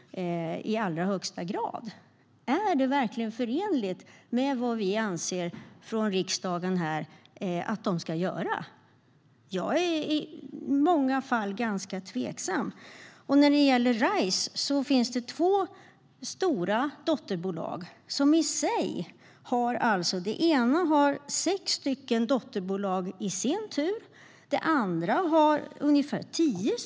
Är detta verkligen förenligt med vad vi i riksdagen anser att de ska göra? Jag är i många fall ganska tveksam. När det gäller RISE finns det två stora dotterbolag. Det ena har i sin tur sex dotterbolag, det andra ungefär tio.